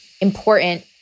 important